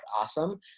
awesome